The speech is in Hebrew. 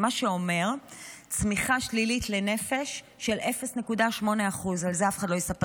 מה שאומר צמיחה שלילית לנפש של 0.8%. על זה אף אחד לא יספר